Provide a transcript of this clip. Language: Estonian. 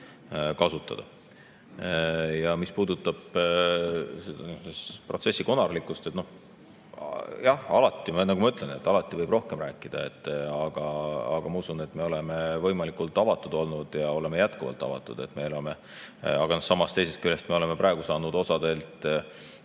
kasutada. Ja mis puudutab protsessi konarlikkust, siis jah, nagu ma ütlesin, alati võib rohkem rääkida. Aga ma usun, et me oleme võimalikult avatud olnud ja oleme jätkuvalt avatud. Aga teisest küljest, me oleme praegu saanud osa